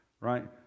Right